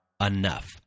enough